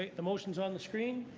the motion is on the screen.